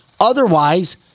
Otherwise